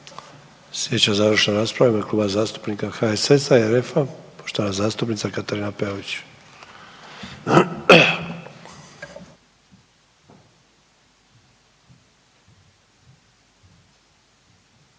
Slijedeća završna rasprava u ime Kluba zastupnika HSS-a i RF-a, zastupnica Katarina Peović.